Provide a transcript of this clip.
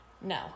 No